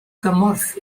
gymorth